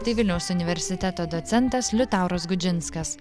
tai vilniaus universiteto docentas liutauras gudžinskas